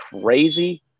crazy